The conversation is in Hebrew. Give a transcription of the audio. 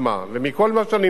של בניית מחלף